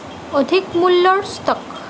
অধিক মূল্যৰ ষ্টক